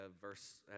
verse